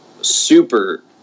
super